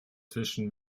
zwischen